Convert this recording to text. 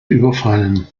überfallen